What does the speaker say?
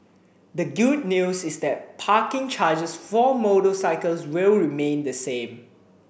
the good news is that parking charges for motorcycles will remain the same